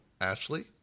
Ashley